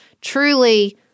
truly